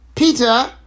Peter